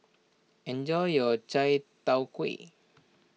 enjoy your Chai Tow Kway